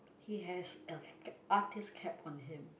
he has a artist cap on him